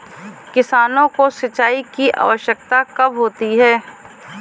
किसानों को सिंचाई की आवश्यकता कब होती है?